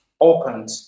opened